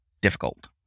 difficult